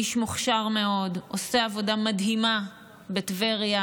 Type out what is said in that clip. איש מוכשר מאוד, עושה עבודה מדהימה בטבריה.